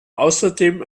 außerdem